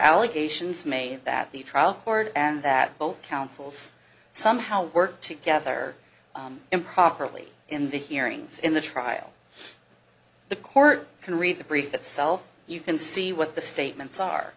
allegations made that the trial court and that both councils somehow work together improperly in the hearings in the trial the court can read the brief itself you can see what the statements are